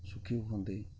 ସୁଖୀ ହୁଅନ୍ତି